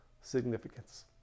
significance